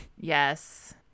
yes